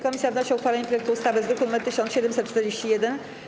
Komisja wnosi o uchwalenie projektu ustawy z druku nr 1741.